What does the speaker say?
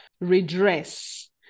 redress